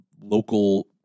local